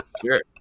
Sure